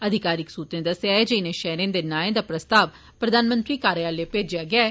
अधिकारिक सूत्रें दस्सेया ऐ जे इनें शैहररें दे नांए दा प्रस्ताव प्रधानमंत्री कार्यलय भेजेया गेया ऐ